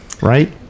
right